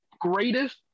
greatest